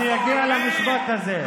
אני אגיע למשפט הזה.